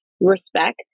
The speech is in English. respect